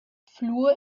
fluor